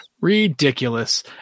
Ridiculous